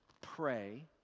pray